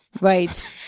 Right